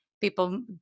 people